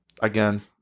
again